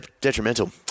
detrimental